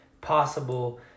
possible